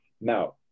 Now